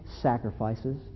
sacrifices